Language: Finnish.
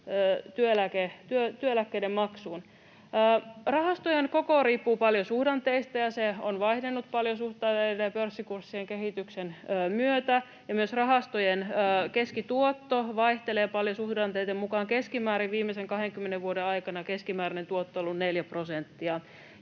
työeläkkeiden maksuun. Rahastojen koko riippuu paljon suhdanteista, ja se on vaihdellut paljon suhdanteiden ja pörssikurssien kehityksen myötä, ja myös rahastojen keskituotto vaihtelee paljon suhdanteiden mukaan. Viimeisen 20 vuoden aikana keskimääräinen tuotto on ollut 4 prosenttia.